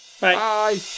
Bye